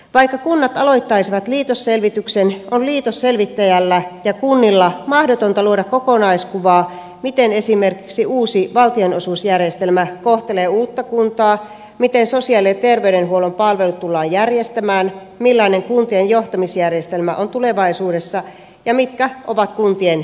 vaikka kunnat aloittaisivat liitosselvityksen on liitosselvittäjällä ja kunnilla mahdotonta luoda kokonaiskuvaa miten esimerkiksi uusi valtionosuusjärjestelmä kohtelee uutta kuntaa miten sosiaali ja terveydenhuollon palvelut tullaan järjestämään millainen kuntien johtamisjärjestelmä on tulevaisuudessa ja mitkä ovat kuntien tehtävät